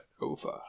over